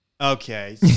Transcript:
Okay